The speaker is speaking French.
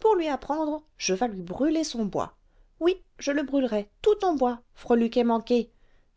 pour lui apprendre je vas lui brûler son bois oui je le brûlerai tout ton bois freluquet manqué